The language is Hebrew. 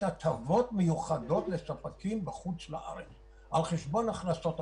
הטבות מיוחדות לספקים בחוץ לארץ על חשבון הכנסות המדינה?